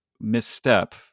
misstep